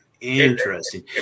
Interesting